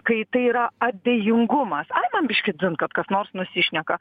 kai tai yra abejingumas ai man biškį dzin kad kas nors nusišneka